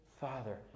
Father